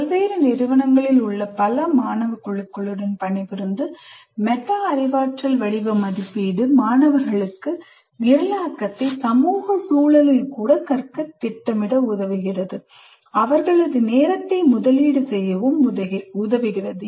பல்வேறு நிறுவனங்களில் உள்ள பல மாணவ குழுக்களுடன் பணிபுரிந்து மெட்டா அறிவாற்றல் வடிவ மதிப்பீடு மாணவர்களுக்கு நிரலாக்கத்தை சமூக சூழலில் கூட கற்க திட்டமிடவும் அவர்களது நேரத்தை முதலீடு செய்யவும் உதவுகிறது